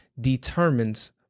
determines